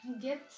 get